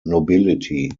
nobility